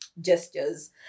gestures